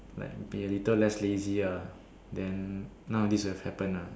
like be a little less lazy ah then none of this would have happened lah